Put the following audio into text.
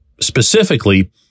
specifically